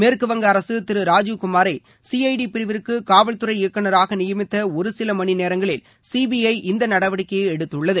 மேற்குவங்க அரசு திரு ராஜீவ் குமாரை சிஐடி பிரிவிற்கு காவல்துறை இயக்குநராக நியமித்த ஒருசில மணி நேரங்களில் சிபிஐ இந்த நடவடிக்கையை எடுத்துள்ளது